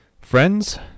Friends